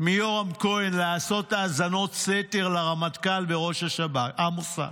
מיורם כהן לעשות האזנות סתר לרמטכ"ל ולראש המוסד,